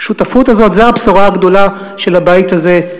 השותפות הזאת היא הבשורה הגדולה של הבית הזה,